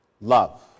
love